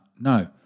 No